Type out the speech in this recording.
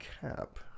Cap